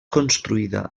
construïda